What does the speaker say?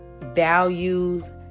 values